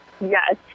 Yes